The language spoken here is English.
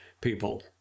people